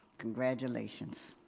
congratulations.